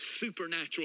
supernatural